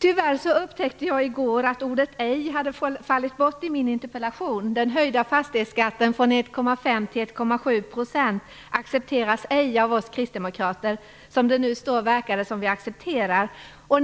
Tyvärr upptäckte jag i går att ordet ej hade fallit bort i min interpellation. Den höjda fastighetsskatten från 1,5 till 1,7 % accepteras ej av oss kristdemokrater. Som det nu står verkar det som vi accepterar den.